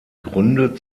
gründe